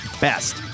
best